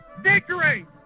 victory